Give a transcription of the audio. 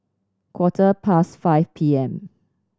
quarter past five P M